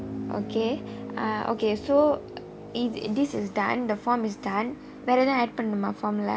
okay uh okay so if this is done the form is done வேறு ஏதேனும்:veru ethaenum add பண்ணுமா:pannumaa form leh